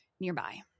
nearby